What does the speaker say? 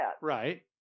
Right